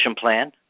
plan